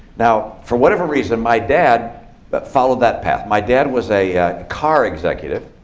now, for whatever reason, my dad but followed that path. my dad was a car executive.